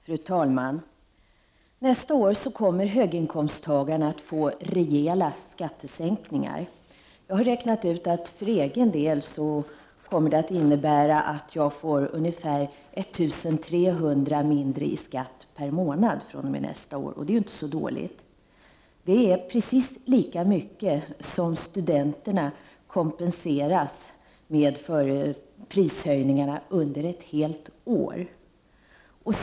Fru talman! Nästa år kommer höginkomsttagarna att få rejäla skattesänkningar. Jag har räknat ut att för min egen del kommer reformen att innebära att jag får ungefär 1 300 kr. mindre i skatt per månad fr.o.m. nästa år. Det är inte så dåligt. Det är precis lika mycket som de studerande kompenseras med för prishöjningar under ett helt år.